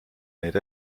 neid